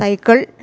cycle